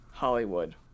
hollywood